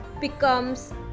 becomes